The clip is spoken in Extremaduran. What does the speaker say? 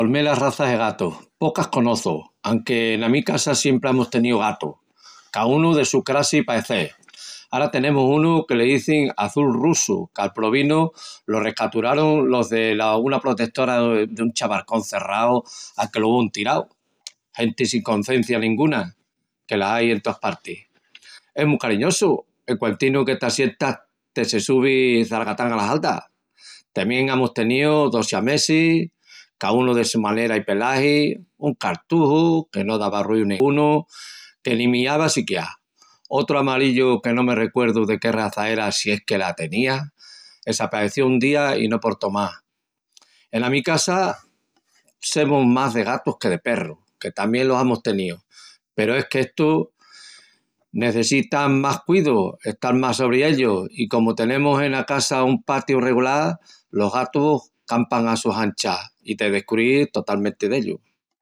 Pol mé las razas de gatus. Pocas conoçu, anque ena mi casa siempri amus teníu gatus, caúnu de su crassi i paecel. ara tenemus unu que le dizin azul russu, qu’al probinu lo rescaturarun los duna protetora dun chabarcón cerrau al que lo uvun tirau, genti sin concencia nenguna, que las ai en toas partis, es mu cariñosu, en cuatinu que t’assientas te se subi çaracatán alas haldas. Tamién amus teníu dos siamesis, caúnu de su manera i pelagi. Un cartuju, que no dava ruíu nengunu, que ni miava siquiá. Otru amarillu que no me recuerdu de qué raza era, si es que la tenía, esapaeció un día i no portó más. Ena mi casa semus más de gatus que de perrus, que tamién los amus teníu, peru es que estus necessitan más cuidus, estal más sobri ellus i comu tenemus ena casa un patiu regulal, los gatus campan a sus anchas i te descruís d’ellus.